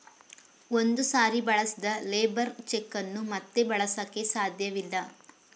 ಒಂದು ಸಾರಿ ಬಳಸಿದ ಲೇಬರ್ ಚೆಕ್ ಅನ್ನು ಮತ್ತೆ ಬಳಸಕೆ ಸಾಧ್ಯವಿಲ್ಲ